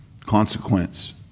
consequence